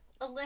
Alyssa